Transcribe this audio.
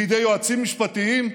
לידי יועצים משפטיים?